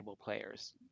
players